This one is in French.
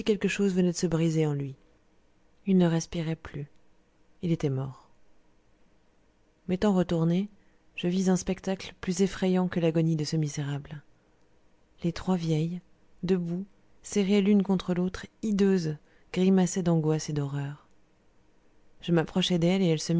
quelque chose venait de se briser en lui il ne respirait plus il était mort m'étant retourné je vis un spectacle plus effrayant que l'agonie de ce misérable les trois vieilles debout serrées l'une contre l'autre hideuses grimaçaient d'angoisse et d'horreur je m'approchai d'elles et elles se